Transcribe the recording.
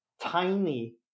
tiny